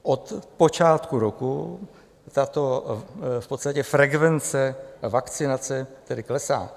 Od počátku roku tato v podstatě frekvence vakcinace tedy klesá.